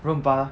热巴